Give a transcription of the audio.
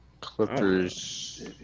Clippers